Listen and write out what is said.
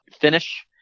finish